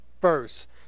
first